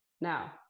Now